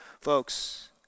folks